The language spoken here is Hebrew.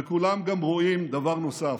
וכולם גם רואים דבר נוסף: